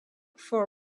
for